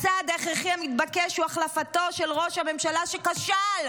הצעד ההכרחי המתבקש הוא החלפתו של ראש הממשלה שכשל",